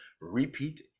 repeat